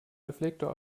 reflektor